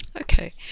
Okay